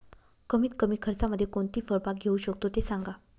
कमीत कमी खर्चामध्ये कोणकोणती फळबाग घेऊ शकतो ते सांगा